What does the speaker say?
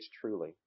truly